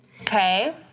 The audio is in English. Okay